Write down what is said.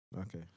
okay